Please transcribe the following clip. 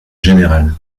général